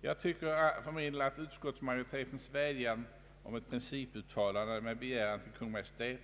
Jag tycker för min del att utskottsmajoritetens vädjan om ett principuttalande med begäran att Kungl. Maj:t